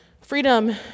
Freedom